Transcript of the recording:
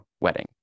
wedding